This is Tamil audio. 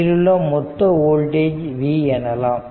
இதிலுள்ள மொத்த வோல்டேஜ் v எனலாம்